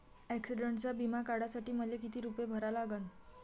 ॲक्सिडंटचा बिमा काढा साठी मले किती रूपे भरा लागन?